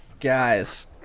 Guys